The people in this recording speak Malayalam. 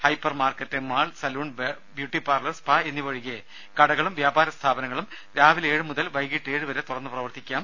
hyper market mall salon beauty parlour spa എന്നിവ ഒഴികെ കടകളും വ്യാപാര സ്ഥാപനങ്ങളും രാവിലെ ഏഴ് മുതൽ വൈകീട്ട് ഏഴു വരെ തുറന്നു പ്രവർത്തിക്കാം